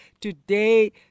today